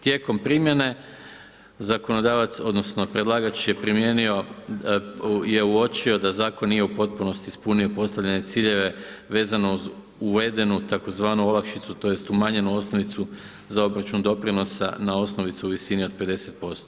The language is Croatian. Tijekom primjene zakonodavac odnosno predlagač je primijenio je uočio da zakon nije u potpunosti ispunio postavljene ciljeve vezano uz uvedenu tzv. olakšicu tj. umanjenu osnovicu za obračun doprinosa na osnovicu u visini od 50%